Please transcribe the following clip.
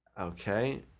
Okay